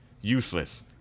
Useless